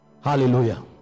Hallelujah